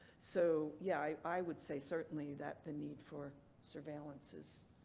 so, yeah, i would say certainly that the need for surveillance is.